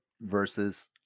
versus